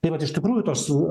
tai vat iš tikrųjų tos